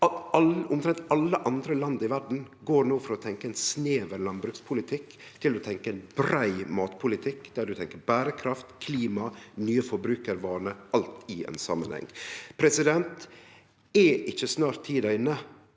Omtrent alle andre land i verda går no frå å tenkje ein snever landbrukspolitikk til å tenkje ein brei matpolitikk, der ein ser på berekraft, klima, nye forbrukarvanar – alt i ein samanheng. Er ikkje snart tida inne